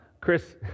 Chris